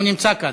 הוא נמצא כאן.